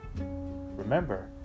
Remember